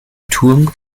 turm